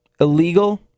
illegal